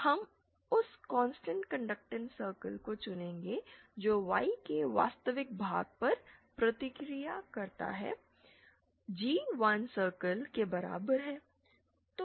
हम उस constant conductance circle को चुनेंगे जो Y के वास्तविक भाग पर प्रतिक्रिया करता है G 1 सर्कल के बराबर है